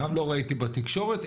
גם לא ראיתי בתקשורת,